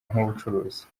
nk’ubucuruzi